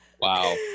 wow